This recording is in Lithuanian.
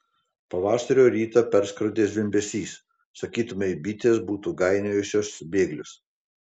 pavasario rytą perskrodė zvimbesys sakytumei bitės būtų gainiojusios bėglius